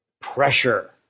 pressure